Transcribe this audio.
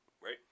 right